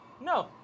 No